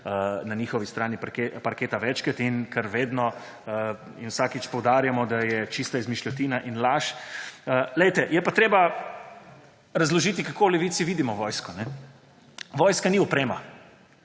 na njihovi strani parketa večkrat, in kar vedno in vsakič poudarjamo, da je čista izmišljotina in laž. Je pa treba razložiti, kako v Levici vidimo vojsko. Vojska ni oprema.